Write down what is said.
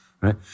right